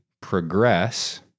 progress